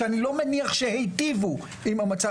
שאני לא מניח שהיטיבו עם המצב.